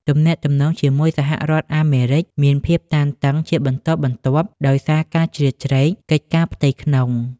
ទំនាក់ទំនងជាមួយសហរដ្ឋអាមេរិកមានភាពតានតឹងជាបន្តបន្ទាប់ដោយសារការជ្រៀតជ្រែកកិច្ចការផ្ទៃក្នុង។